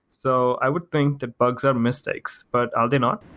so i would think that bugs are mistakes, but are they not?